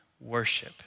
worship